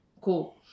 cool